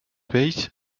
vells